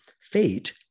fate